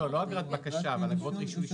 לא אגרות בקשה אלא אגרות רישוי.